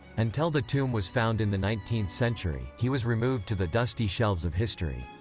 until the tomb was found in the nineteenth century, he was removed to the dusty shelves of history.